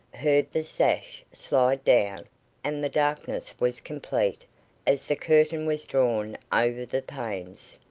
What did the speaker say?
heard the sash slide down and the darkness was complete as the curtain was drawn over the panes.